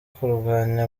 kurwanya